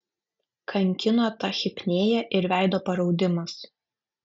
kankino tachipnėja ir veido paraudimas